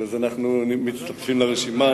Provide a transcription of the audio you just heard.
אז אנחנו מצטרפים לרשימה.